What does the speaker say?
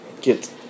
get